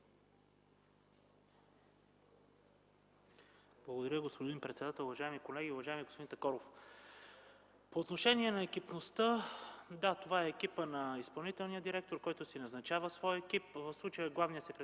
Благодаря, господин председател. Уважаеми колеги, уважаеми господин Такоров! По отношение на екипността – да, това е екипът на изпълнителния директор, който си назначава своя екип. В случая главният секретар